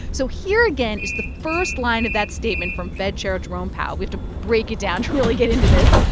so here again is the first line of that statement from fed chair jerome powell. we have to break it down to really get into this.